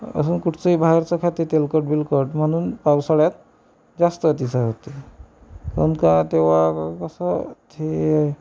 अजून कुठचंही बाहेरचं खाते तेलकट बिलकट म्हणून पावसाळ्यात जास्त अतिसार होते काहून का त्यो असं ते